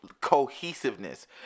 cohesiveness